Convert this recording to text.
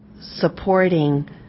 supporting